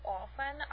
often